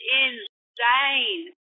insane